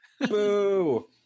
boo